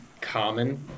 common